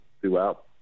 throughout